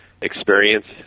experience